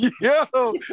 Yo